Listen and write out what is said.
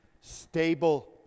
stable